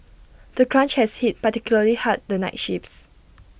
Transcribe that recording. the crunch has hit particularly hard the night shifts